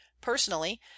Personally